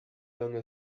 lange